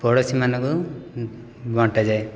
ପଡ଼ୋଶୀମାନଙ୍କୁ ବଣ୍ଟାଯାଏ